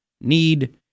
need